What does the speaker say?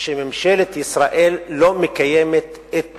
שממשלת ישראל לא מקיימת את